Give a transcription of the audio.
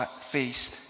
face